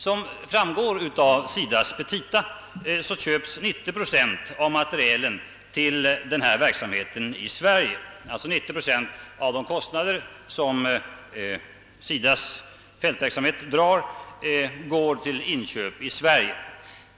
Som framgår av SIDA:s petita köpes 90 procent av materielen till den verksamheten här i Sverige; alltså 90 procent av SIDA:s kostnader för fältverksamheten går till inköp i Sverige.